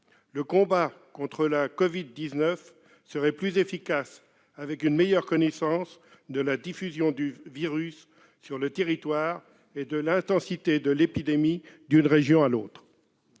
Le combat contre la Covid-19 serait plus efficace avec une meilleure connaissance de la diffusion du virus sur le territoire et de l'intensité de l'épidémie selon les régions. À cet